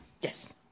Yes